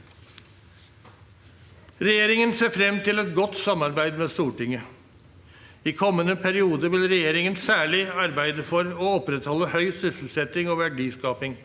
Regjeringen ser frem til et godt samarbeid med Stortinget. I kommende periode vil regjeringen særlig arbeide for å opprettholde høy sysselsetting og verdiskaping,